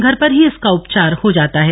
घर पर ही इसका उपचार हो जाता है